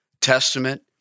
Testament